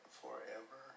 forever